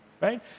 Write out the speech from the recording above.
right